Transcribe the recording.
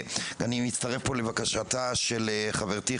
ואני מצטרף פה לבקשתה של חברתי,